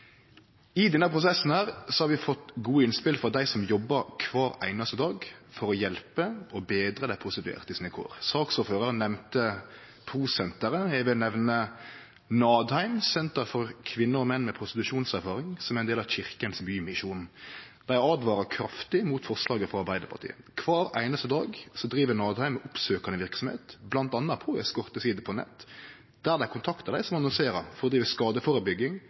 i svarbrevet sitt. I denne prosessen har vi fått gode innspel frå dei som jobbar kvar einaste dag for å hjelpe og betre kåra til dei prostituerte. Saksordføraren nemnde Pro Sentret, eg vil nemne Nadheim, senter for kvinner og menn med prostitusjonserfaring, som er ein del av Kirkens Bymisjon. Dei åtvarar kraftig mot forslaget frå Arbeidarpartiet. Kvar einaste dag driv Nadheim oppsøkande verksemd, bl.a. på eskorteside på nett, der dei kontaktar dei som annonserer, for å drive skadeførebygging,